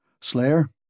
Slayer